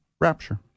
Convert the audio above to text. rapture